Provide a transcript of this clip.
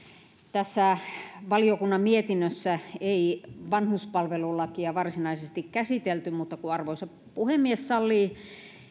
tässä valiokunnan mietinnössä ei vanhuspalvelulakia varsinaisesti käsitelty mutta kun arvoisa puhemies sallii